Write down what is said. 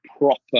proper